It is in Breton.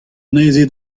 anezhe